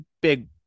big